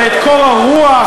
ואת קור הרוח,